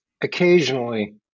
occasionally